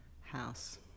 house